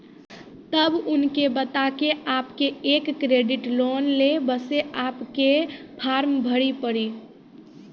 तब उनके बता के आपके के एक क्रेडिट लोन ले बसे आपके के फॉर्म भरी पड़ी?